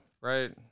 right